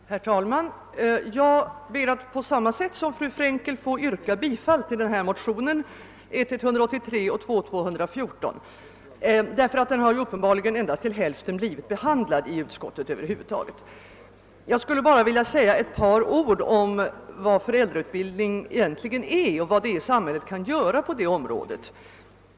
Herr talman! Jag ber att liksom fru Frenkel få yrka bifall till motionsparet 1:188 och II: 214, eftersom motionerna uppenbarligen endast till hälften blivit behandlade i utskottet. Jag skulle vilja säga ett par ord om vad föräldrautbildning egentligen innebär och vad samhället kan göra på detta område.